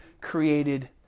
created